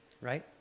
right